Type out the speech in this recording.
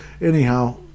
Anyhow